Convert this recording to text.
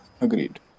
agreed